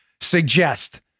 suggest